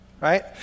right